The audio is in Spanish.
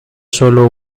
solo